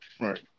Right